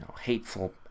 hateful